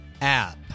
app